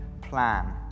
plan